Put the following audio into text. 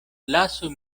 lasu